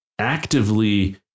actively